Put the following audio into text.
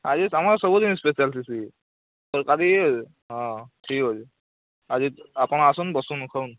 ଆଜି ଆମର ସବୁଦିନ୍ ସ୍ପେଶାଲ୍ ଥିସି ଏ ଆଜି ହଁ ଠିକ୍ ଅଛି ଆଜି ଆପଣ୍ ଆସୁନ୍ ବସୁନ୍ ଖାଉନ୍